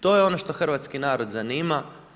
To je ono što hrvatski narod zanima.